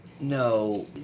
No